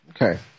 Okay